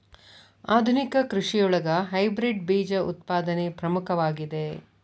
ಆಧುನಿಕ ಕೃಷಿಯೊಳಗ ಹೈಬ್ರಿಡ್ ಬೇಜ ಉತ್ಪಾದನೆ ಪ್ರಮುಖವಾಗಿದೆ